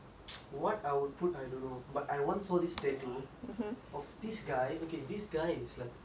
tattoo of this guy okay this guy is like my perception of him is that he's a